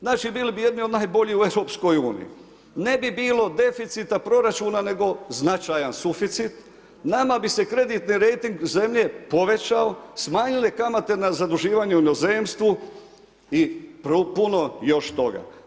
Znači bili bi jedni od najboljih u EU-u. ne bi bilo deficita proračuna nego značajan suficit, nama bi se kreditni rejting zemlje povećao, smanjile kamate na zaduživanje u inozemstvu i puno još toga.